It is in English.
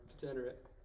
Degenerate